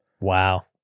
Wow